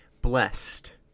blessed